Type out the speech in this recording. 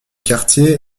quartier